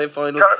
final